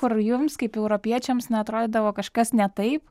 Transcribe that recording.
kur jums kaip europiečiams neatrodydavo kažkas ne taip